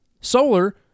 Solar